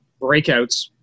breakouts